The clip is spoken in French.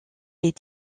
est